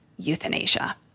Euthanasia